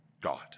God